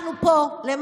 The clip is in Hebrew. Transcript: אנחנו פה למעננו,